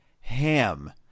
HAM